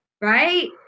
right